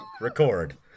Record